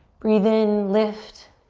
breathe in, lift.